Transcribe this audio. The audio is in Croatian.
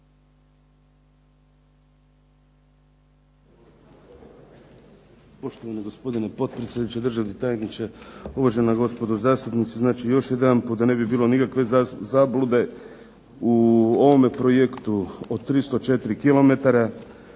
Poštovani gospodine potpredsjedniče, državni tajniče, uvažena gospodo zastupnici. Znači još jedanput da ne bi bilo nikakve zablude. U ovome projektu od 304 km